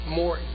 more